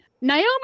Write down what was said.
Naomi